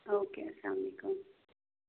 okay اسلامُ علیکُم